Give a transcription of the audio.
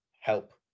help